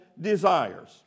desires